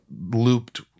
looped